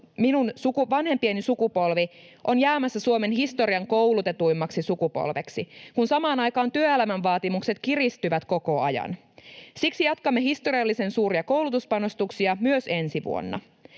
minun vanhempieni sukupolvi on jäämässä Suomen historian koulutetuimmaksi sukupolveksi, kun samaan aikaan työelämän vaatimukset kiristyvät koko ajan. Siksi jatkamme historiallisen suuria koulutuspanostuksia myös ensi vuonna.